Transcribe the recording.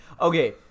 Okay